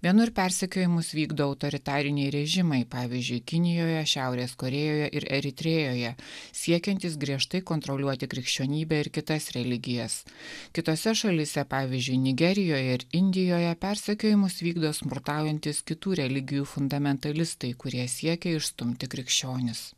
vienur persekiojimus vykdo autoritariniai režimai pavyzdžiui kinijoje šiaurės korėjoje ir eritrėjoje siekiantys griežtai kontroliuoti krikščionybę ir kitas religijas kitose šalyse pavyzdžiui nigerijoje ir indijoje persekiojimus vykdo smurtaujantys kitų religijų fundamentalistai kurie siekia išstumti krikščionius